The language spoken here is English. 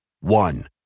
One